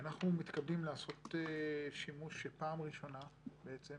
אנחנו מתכבדים לעשות שימוש שפעם ראשונה בעצם